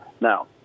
Now